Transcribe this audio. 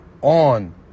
On